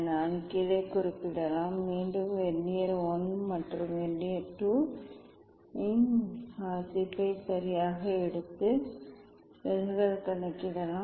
நான் கீழே குறிப்பிடலாம் மீண்டும் வெர்னியர் I மற்றும் வெர்னியர் II இன் வாசிப்பை சரியாக எடுத்து விலகல் கணக்கிடலாம்